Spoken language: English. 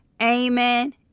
Amen